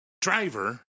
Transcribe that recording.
driver